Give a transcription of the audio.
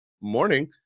morning